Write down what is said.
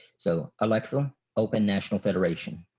so alexa open national federation.